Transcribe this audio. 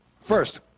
First